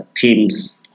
Themes